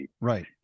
Right